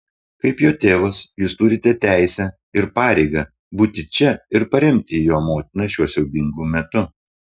kaip jo tėvas jūs turite teisę ir pareigą būti čia ir paremti jo motiną šiuo siaubingu metu